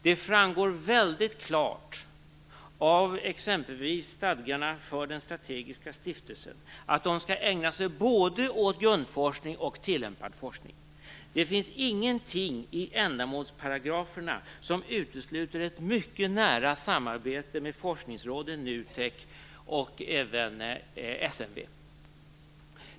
Det framgår väldigt klart av exempelvis stadgarna för den strategiska stiftelsen att den skall ägna sig åt både grundforskning och tillämpad forskning. Det finns ingenting i ändamålsparagraferna som utesluter ett mycket nära samarbete med forskningsråden, NUTEK och även SNV.